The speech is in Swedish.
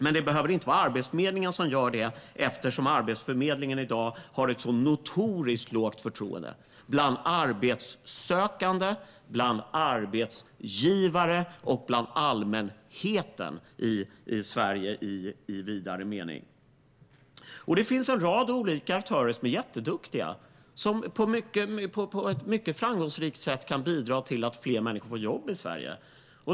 Men det behöver inte vara Arbetsförmedlingen som gör det eftersom den i dag har ett så notoriskt lågt förtroende bland arbetssökande, arbetsgivare och allmänheten i Sverige i vidare mening. Det finns en rad olika aktörer som är jätteduktiga och på ett mycket framgångsrikt sätt kan bidra till att fler människor får jobb i Sverige.